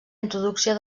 introducció